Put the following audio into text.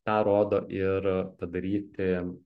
tą rodo ir padaryti